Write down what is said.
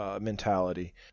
mentality